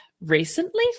recently